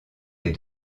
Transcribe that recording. est